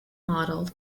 modeled